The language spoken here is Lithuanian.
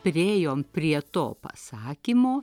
priėjom prie to pasakymo